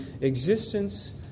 existence